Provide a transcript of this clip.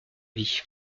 vie